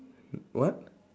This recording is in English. what